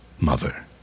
mother